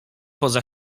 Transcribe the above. poza